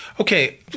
Okay